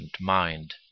mind